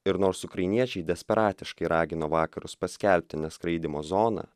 ir nors ukrainiečiai desperatiškai ragino vakarus paskelbti neskraidymo zoną